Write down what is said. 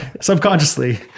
subconsciously